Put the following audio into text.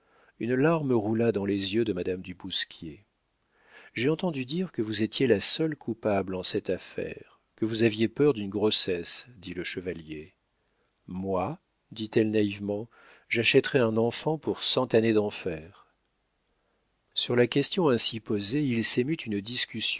une larme roula dans les yeux de madame du bousquier j'ai entendu dire que vous étiez la seule coupable en cette affaire que vous aviez peur d'une grossesse dit le chevalier moi dit-elle naïvement j'achèterais un enfant par cent années d'enfer sur la question ainsi posée il s'émut une discussion